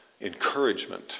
encouragement